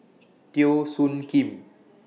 Teo Soon Kim